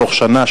תוך שנה,